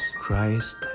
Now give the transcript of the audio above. Christ